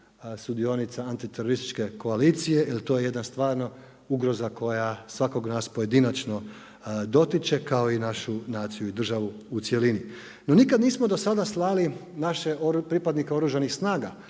sudionica antiterorističke koalicije jer to je jedna stvarno ugroza koja svakog nas pojedinačno dotiče kao i našu naciju i državu u cjelini. No nikada nismo do sada slali naše pripadnike Oružanih snaga